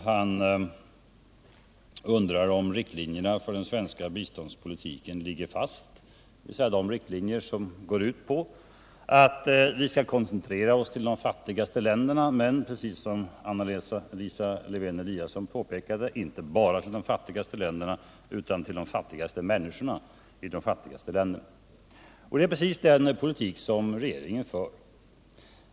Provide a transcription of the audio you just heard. Han undrar om riktlinjerna för den svenska biståndspolitiken ligger fast, dvs. de riktlinjer som går ut på att vi skall koncentrera oss till de fattigaste länderna men, precis som Anna Lisa Lewén-Eliasson påpekade, inte bara till de fattigaste länderna utan till de fattigaste människorna i de fattigaste länderna. Det är precis den politik som regeringen för.